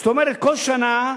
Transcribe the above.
זאת אומרת, כל שנה,